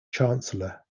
chancellor